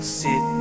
sit